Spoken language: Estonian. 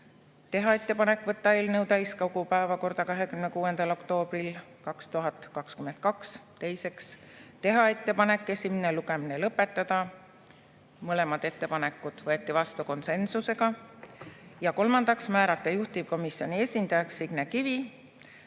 teha ettepanek võtta eelnõu täiskogu päevakorda 26. oktoobril 2022. Teiseks, teha ettepanek esimene lugemine lõpetada. Mõlemad ettepanekud võeti vastu konsensusega. Ja kolmandaks, määrata juhtivkomisjoni esindajaks Signe Kivi,